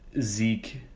Zeke